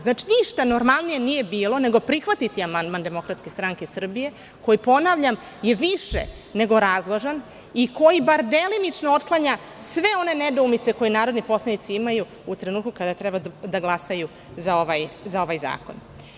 Znači, ništa normalnije nije bilo nego prihvatit amandman DSS, koji ponavljam, je više nego razložan i koji bar delimično otklanja sve one nedoumice koje narodni poslanici imaju u trenutku kada treba da glasaju za ovaj zakon.